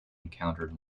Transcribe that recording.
encountered